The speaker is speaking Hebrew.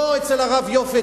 לא אצל הרב יופה,